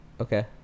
Okay